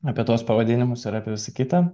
apie tuos pavadinimus ir apie visa kita